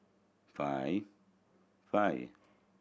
five five